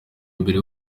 mbere